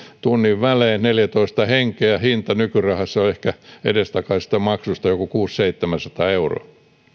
tunnin välein neljätoista henkeä hinta nykyrahassa edestakaisesta matkasta ehkä joku kuusisataa viiva seitsemänsataa euroa